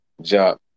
job